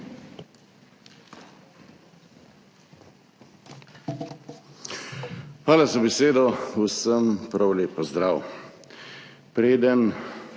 Hvala za besedo. Vsem prav lep pozdrav!